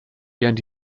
während